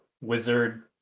wizard